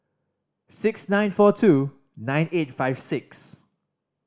six nine four two nine eight five six